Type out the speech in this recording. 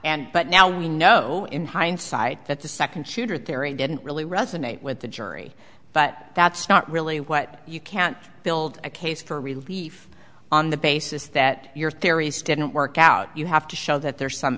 and but now we know in hindsight that the second shooter theory didn't really resonate with the jury but that's not really what you can't build a case for relief on the basis that your theories didn't work out you have to show that there's some